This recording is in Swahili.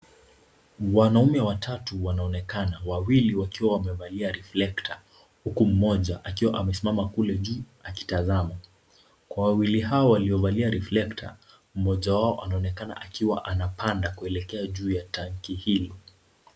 Wanaume watatu wanaonekana. Wawili wakiwa wamevalia reflector huku mmoja akiwa amesimama kule juu akitazama. Kwa wawili hawa waliovalia reflector mmoja wao anaonekana akiwa anapanda kuelekea juu ya tanki hili.